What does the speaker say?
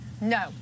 No